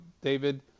David